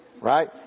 right